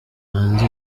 hanze